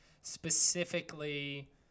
specifically